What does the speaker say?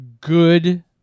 good